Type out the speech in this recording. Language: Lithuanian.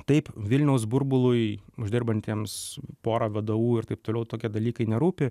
taip vilniaus burbului uždirbantiems pora vdu ir taip toliau tokie dalykai nerūpi